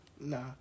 Nah